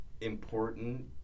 important